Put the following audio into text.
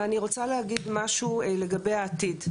אני רוצה להגיד משהו לגבי העתיד: